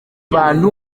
bantu